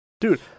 Dude